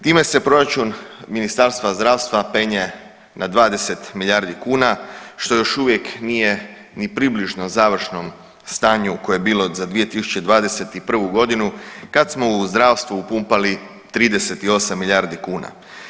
Time se proračun Ministarstva zdravstva penje na 20 milijardi kuna što još uvijek nije ni približno završnom stanju koje je bilo za 2021. godinu kad smo u zdravstvo upumpali 38 milijardi kuna.